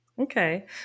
okay